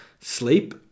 sleep